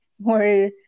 more